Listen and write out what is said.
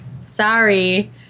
sorry